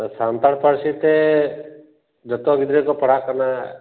ᱟᱫᱚ ᱥᱟᱱᱛᱟᱲ ᱯᱟᱹᱨᱥᱤ ᱛᱮ ᱡᱚᱛᱚ ᱜᱤᱫᱽᱨᱟᱹ ᱠᱚ ᱯᱟᱲᱦᱟᱜ ᱠᱟᱱᱟ